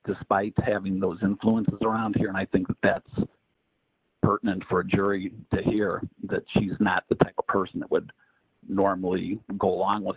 despite having those influences around here and i think that's pertinent for a jury to hear that she's not the person that would normally go along with